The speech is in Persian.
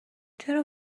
چرا